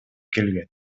келген